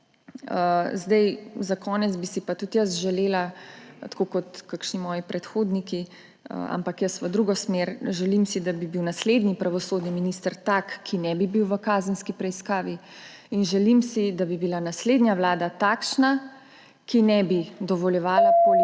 Za konec bi si pa tudi jaz želela tako kot kakšni moji predhodniki, ampak jaz v drugo smer. Želim si, da bi bil naslednji pravosodni minister tak, da ne bi bil v kazenski preiskavi, in želim si, da bi bila naslednja vlada takšna, da ne bi dovoljevala politizacije